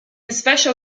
special